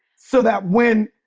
so that when,